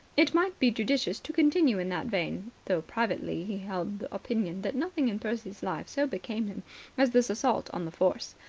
it might be judicious to continue in that vein, though privately he held the opinion that nothing in percy's life so became him as this assault on the force.